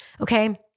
Okay